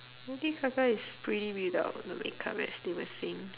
lady gaga is pretty without the makeup as they were saying